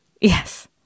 yes